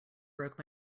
broke